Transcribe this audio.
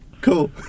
Cool